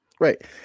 right